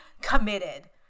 committed